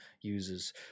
users